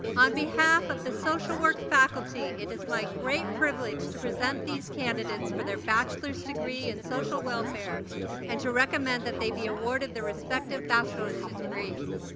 on behalf of the social work faculty, it is my great privilege to present these candidates for their bachelor's degrees in social welfare and to recommend that they be awarded their respective bachelor's degrees.